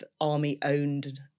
army-owned